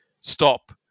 stop